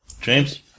James